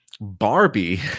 Barbie